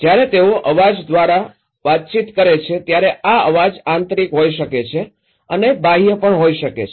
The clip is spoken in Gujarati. જ્યારે તેઓ અવાજ સાથે વાતચીત કરે છે ત્યારે આ અવાજ આંતરિક હોઈ શકે છે અને બાહ્ય પણ હોઈ શકે છે